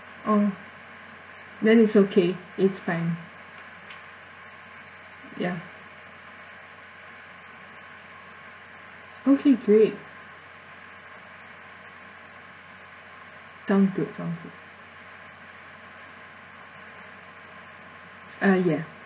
oh then it's okay it's fine ya okay great sounds good sounds good uh ya